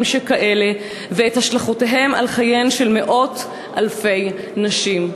שכאלה ואת השלכותיהם על חייהן של מאות אלפי נשים.